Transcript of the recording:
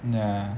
ya